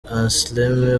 anselme